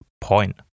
point